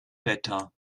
wetter